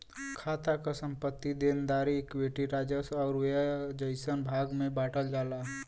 खाता क संपत्ति, देनदारी, इक्विटी, राजस्व आउर व्यय जइसन भाग में बांटल जाला